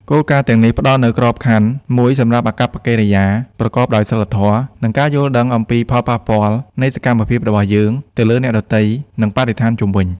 គោលការណ៍ទាំងនេះផ្ដល់នូវក្របខណ្ឌមួយសម្រាប់អាកប្បកិរិយាប្រកបដោយសីលធម៌ និងការយល់ដឹងអំពីផលប៉ះពាល់នៃសកម្មភាពរបស់យើងទៅលើអ្នកដទៃ និងបរិស្ថានជុំវិញ។